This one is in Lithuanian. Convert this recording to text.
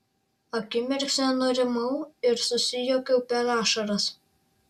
akimirksniu nurimau ir susijuokiau per ašaras